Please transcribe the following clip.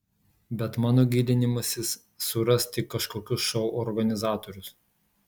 bet mano gilinimasis suras tik kažkokius šou organizatorius